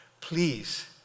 please